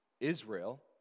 Israel